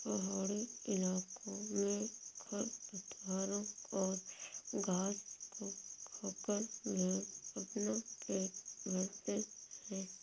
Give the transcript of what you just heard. पहाड़ी इलाकों में खरपतवारों और घास को खाकर भेंड़ अपना पेट भरते हैं